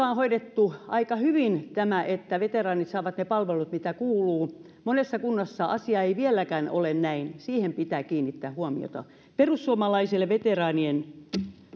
on hoidettu aika hyvin tämä että veteraanit saavat ne palvelut mitä kuuluu monessa kunnassa asia ei vieläkään ole näin siihen pitää kiinnittää huomiota perussuomalaisille